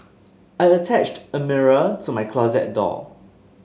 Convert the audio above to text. I attached a mirror to my closet door